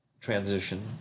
transition